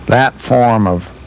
that form of